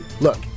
Look